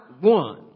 one